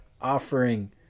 Offering